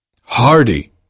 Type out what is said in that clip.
Hardy